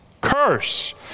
curse